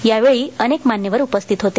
यावेळी अनेक मान्यवर उपस्थित होते